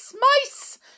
Mice